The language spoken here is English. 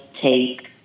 take